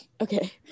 Okay